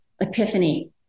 epiphany